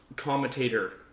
Commentator